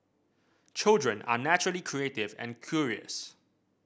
children are naturally creative and curious